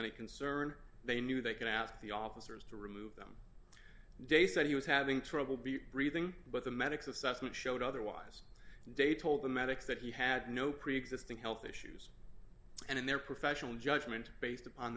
any concern they knew they could ask the officers to remove them day said he was having trouble be breathing but the medics assessment showed otherwise day told the medics that he had no preexisting health issues and in their professional judgment based upon